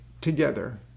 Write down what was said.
together